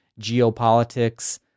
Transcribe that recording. geopolitics